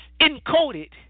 encoded